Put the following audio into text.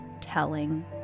telling